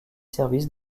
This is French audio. services